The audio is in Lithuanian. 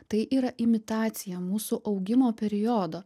tai yra imitacija mūsų augimo periodo